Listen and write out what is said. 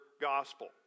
gospel